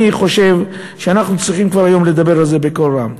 אני חושב שאנחנו צריכים כבר היום לדבר על זה בקול רם.